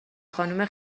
خانم